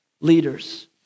leaders